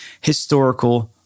historical